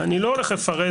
אני לא הולך לפרט פה.